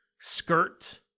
skirt